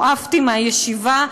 הועפתי מהישיבה,